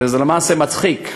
וזה למעשה מצחיק,